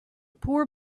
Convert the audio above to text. poor